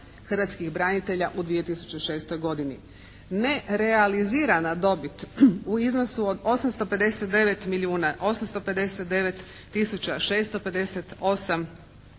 hrvatskih branitelja u 2006. godini. Nerealizirana dobit u iznosu od 859 milijuna, 859 tisuća 658